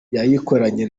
yayikoranye